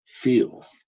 Feel